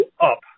up